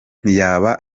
ntiyaba